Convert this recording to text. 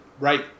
Right